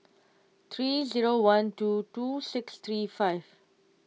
three zero one two two six three five